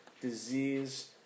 disease